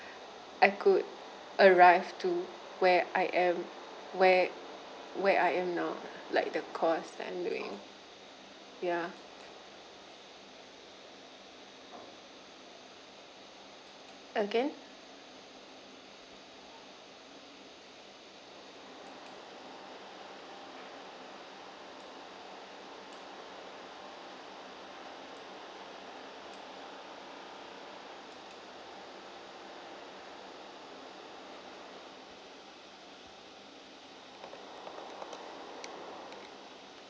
I could arrive to where I am where where I am now like the course I'm doing ya again